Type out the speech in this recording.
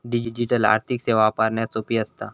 digital आर्थिक सेवा वापरण्यास सोपी असता